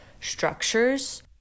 structures